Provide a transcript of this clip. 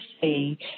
see